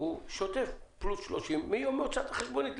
הוא שוטף פלוס 30 מיום הוצאת החשבונית.